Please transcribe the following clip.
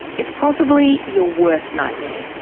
it's possibly your worst nightmare.